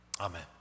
amen